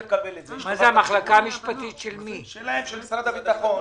המחלקה המשפטית של משרד הביטחון.